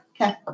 Okay